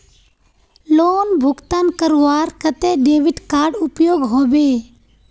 Loan भुगतान करवार केते डेबिट कार्ड उपयोग होबे?